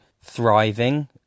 thriving